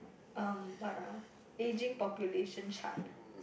uh what ah ageing population chart